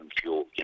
fuel